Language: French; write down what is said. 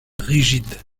rigide